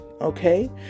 okay